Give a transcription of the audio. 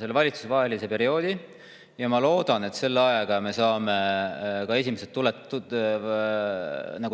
selle valitsustevahelise perioodi, ja ma loodan, et selle ajaga me saame esimesed